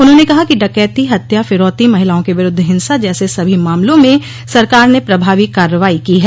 उन्होंने कहा कि डकैती हत्या फिरौती महिलाओं के विरूद्व हिंसा जैसे सभी मामला में सरकार ने प्रभावी कार्रवाई की है